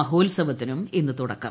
മഹോൽസവത്തിനും ഇന്ന് തുടക്കം